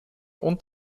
und